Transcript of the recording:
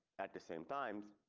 at the same time.